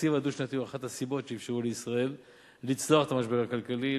התקציב הדו-שנתי הוא אחת הסיבות שאפשרו לישראל לצלוח את המשבר הכלכלי,